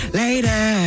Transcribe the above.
later